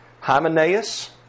Hymenaeus